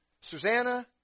Susanna